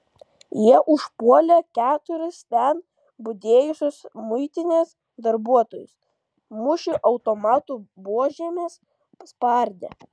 jie užpuolė keturis ten budėjusius muitinės darbuotojus mušė automatų buožėmis spardė